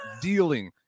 dealing